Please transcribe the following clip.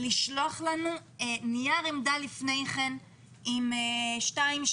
לשלוח לנו נייר עמדה לפני כן עם שתיים,